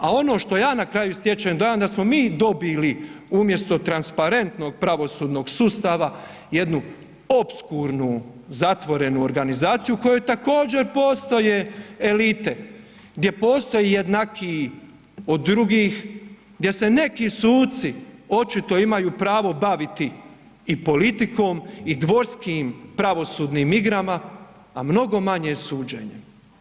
A ono što ja na kraju stječem dojam da smo mi dobili umjesto transparentnog pravosudnog sustava jednu opskurnu, zatvorenu organizaciju u kojoj također postoje elite, gdje postoji jednakiji od drugi, gdje se neki suci očito imaju pravo baviti i politikom i dvorskim pravosudnim igrama a mnogo manje suđenjem.